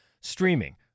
streaming